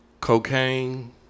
Cocaine